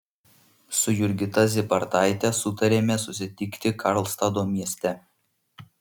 su jurgita zybartaite sutarėme susitikti karlstado mieste